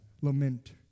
lament